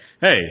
hey